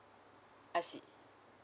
I see